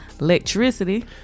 electricity